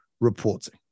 reporting